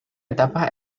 etapa